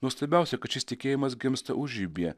nuostabiausia kad šis tikėjimas gimsta užribyje